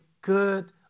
good